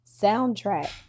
soundtrack